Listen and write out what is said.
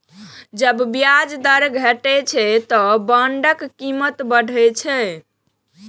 जब ब्याज दर घटै छै, ते बांडक कीमत बढ़ै छै